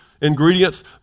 ingredients